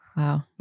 Wow